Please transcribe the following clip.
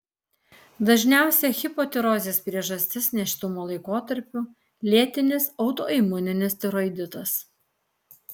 dažniausia hipotirozės priežastis nėštumo laikotarpiu lėtinis autoimuninis tiroiditas